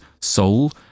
soul